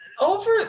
over